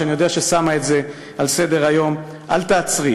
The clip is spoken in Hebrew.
שאני יודע שהיא שמה את זה על סדר-היום: אל תעצרי.